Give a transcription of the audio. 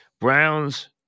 Browns